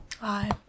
Hi